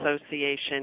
Association